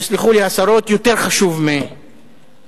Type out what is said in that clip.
ויסלחו לי השרות, יותר חשוב משרה.